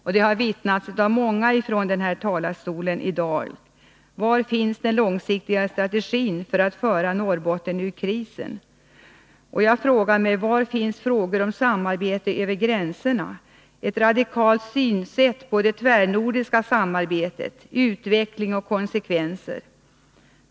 Många har i dag från denna talarstol frågat: Var finns den långsiktiga strategin för att föra Norrbotten ur krisen? Jag frågar mig också: Var finns t.ex. frågor om samarbete över gränserna? Jag saknar ett radikalt synsätt på det tvärnordiska samarbetet, dess utveckling och konsekvenser.